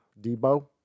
Debo